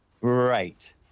Right